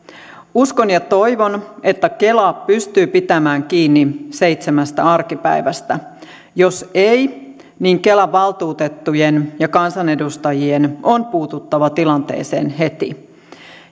uskon ja toivon että kela pystyy pitämään kiinni seitsemästä arkipäivästä jos ei niin kelan valtuutettujen ja kansanedustajien on puututtava tilanteeseen heti